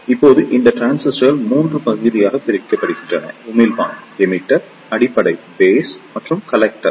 இப்போது இந்த டிரான்சிஸ்டர்கள் 3 பகுதிகளாக பிரிக்கப்பட்டுள்ளன உமிழ்ப்பான் அடிப்படை மற்றும் கலெக்டர்